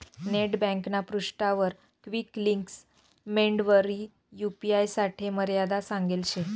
net ब्यांकना पृष्ठावर quick links मेंडवरी यू.पी.आय साठे मर्यादा सांगेल शे